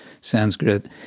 Sanskrit